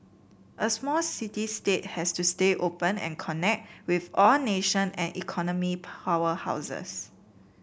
a small city state has to stay open and connect with all nation and economic powerhouses